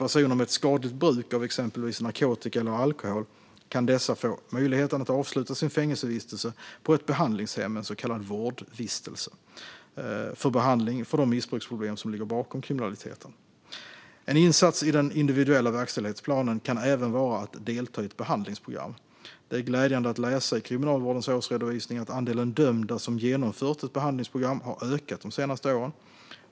Personer med ett skadligt bruk av exempelvis narkotika eller alkohol kan få möjligheten att avsluta sin fängelsevistelse på ett behandlingshem, en så kallad vårdvistelse, för behandling av de missbruksproblem som ligger bakom kriminaliteten. En insats i den individuella verkställighetsplanen kan även vara att delta i ett behandlingsprogram. Det är glädjande att läsa i Kriminalvårdens årsredovisning att andelen dömda som genomfört ett behandlingsprogram har ökat de senaste åren.